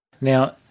Now